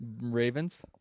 Ravens